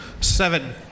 Seven